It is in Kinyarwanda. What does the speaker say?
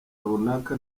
runaka